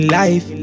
life